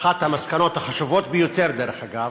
אחת המסקנות החשובות ביותר, דרך אגב,